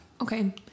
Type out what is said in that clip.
Okay